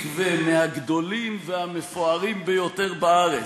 מקווה מהגדולים והמפוארים ביותר בארץ.